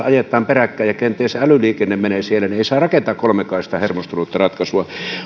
ajetaan peräkkäin ja kun kenties älyliikenne menee siellä niin ei saa rakentaa kolmikaistaa hermostunutta ratkaisua